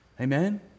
Amen